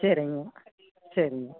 சரிங்க சரிங்க